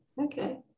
okay